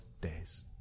days